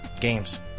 games